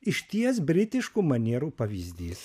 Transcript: išties britiškų manierų pavyzdys